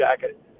jacket